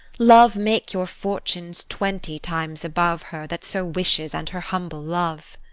love make your fortunes twenty times above her that so wishes, and her humble love!